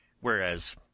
whereas